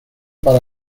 para